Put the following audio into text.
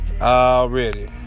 Already